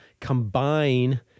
combine